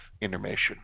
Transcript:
intermission